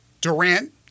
Durant